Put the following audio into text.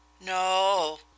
No